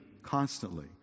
constantly